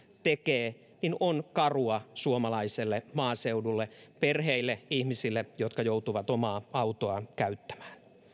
tekee on karua suomalaiselle maaseudulle perheille ihmisille jotka joutuvat omaa autoaan käyttämään